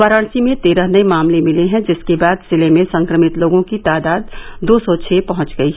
वाराणसी में तेरह नए मामले मिले हैं जिसके बाद जिले में संक्रमित लोगों की तादाद दो सौ छ पहंच गयी